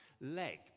leg